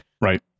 Right